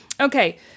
Okay